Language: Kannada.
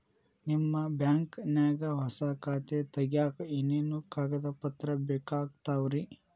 ನಿಮ್ಮ ಬ್ಯಾಂಕ್ ನ್ಯಾಗ್ ಹೊಸಾ ಖಾತೆ ತಗ್ಯಾಕ್ ಏನೇನು ಕಾಗದ ಪತ್ರ ಬೇಕಾಗ್ತಾವ್ರಿ?